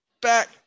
back